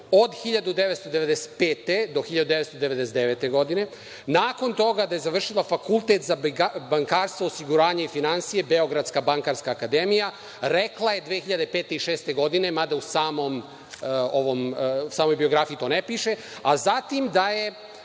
od 1995. do 1999. godine, nakon toga, da je završila Fakultet za bankarstvo, osiguranje i finansije - Beogradska Bankarska Akademija, rekla je 2005. i 2006. godine, mada u samoj biografiji to ne piše, a zatim da je